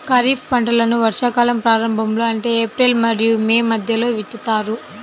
ఖరీఫ్ పంటలను వర్షాకాలం ప్రారంభంలో అంటే ఏప్రిల్ మరియు మే మధ్యలో విత్తుతారు